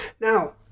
Now